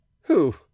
Who